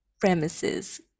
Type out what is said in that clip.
premises